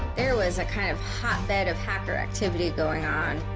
there was a kind of hotbed of hacker activity going on